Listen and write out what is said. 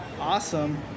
Awesome